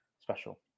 special